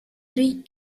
three